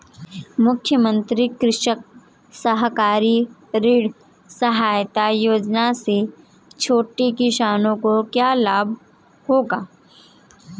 मुख्यमंत्री कृषक सहकारी ऋण सहायता योजना से छोटे किसानों को क्या लाभ होगा?